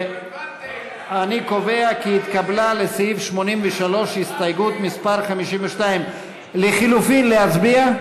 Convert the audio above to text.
אני קובע כי התקבלה לסעיף 83 הסתייגות מס' 52. על לחלופין להצביע?